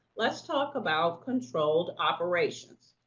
let's talk about controlled operations.